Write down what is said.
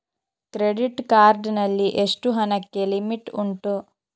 Credit card ನಲ್ಲಿ ಎಷ್ಟು ಹಣಕ್ಕೆ ಲಿಮಿಟ್ ಉಂಟು?